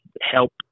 help